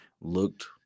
looked